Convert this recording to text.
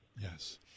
Yes